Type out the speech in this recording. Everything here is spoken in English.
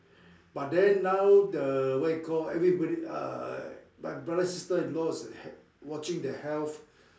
but then now the what you call everybody uh my brother sister-in-law is h~ watching their health